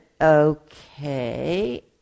okay